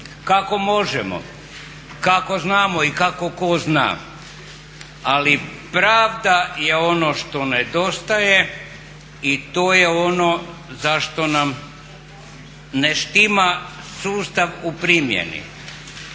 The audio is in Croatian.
kako možemo, kako znamo i kako tko zna. Ali pravda je ono što nedostaje i to je ono zašto nam ne štima sustav u primjeni.